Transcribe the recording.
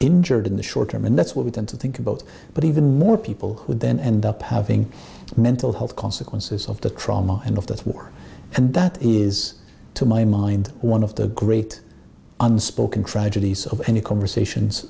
injured in the short term and that's what we tend to think about but even more people who then end up having mental health consequences of the trauma and of that war and that is to my mind one of the great unspoken tragedies of any conversations